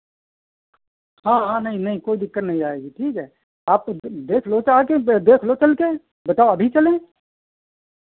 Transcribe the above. हाँ हाँ नहीं नहीं कोई दिक्कत नहीं आएगी ठीक है आप देख लो चाहे आ के देख लो चलके बताओ अभी चलें